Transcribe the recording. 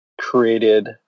created